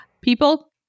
People